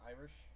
Irish